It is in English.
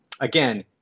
again